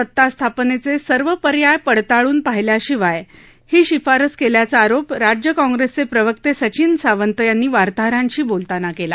सत्तास्थापनेचे सर्व पर्याय पडताळून पाहिल्याशिवाय ही शिफारस केल्याचा आरोप राज्य कॉंग्रेसचे प्रवक्ते संचिन सावंत यांनी वार्ताहरांशी बोलताना केला